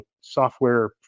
software